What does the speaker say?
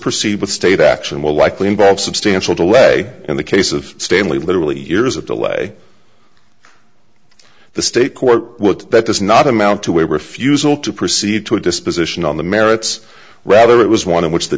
proceed with state action will likely involve substantial delay in the case of stanley literally years of delay the state court that does not amount to a refusal to proceed to a disposition on the merits rather it was one in which the